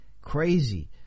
crazy